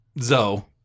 Zoe